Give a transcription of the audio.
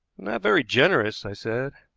not very generous, i said.